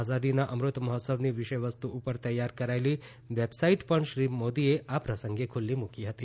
આઝાદીના અમૃત મહોત્સવની વિષય વસ્તુ ઉપર તૈયાર કરાયેલી વેબસાઈટ પણ શ્રી મોદીએ આ પ્રસંગે ખુલ્લી મૂકી હતી